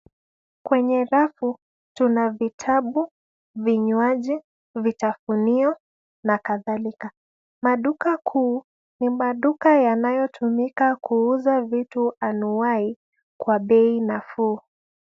Kwenye rafu tuna vitabu, vinywaji, vitafunio na kadhalika. Maduka kuu ni maduka yanayotumika kuuza vitu anuwai kwa bei nafuu.